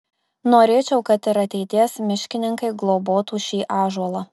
norėčiau kad ir ateities miškininkai globotų šį ąžuolą